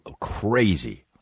crazy